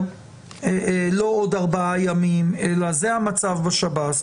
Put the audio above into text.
לא עוד ארבעה ימים, אלא זה המצב בשב"ס.